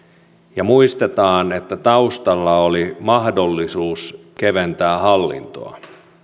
ja muistetaan että taustalla oli mahdollisuus keventää hallintoa